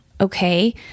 okay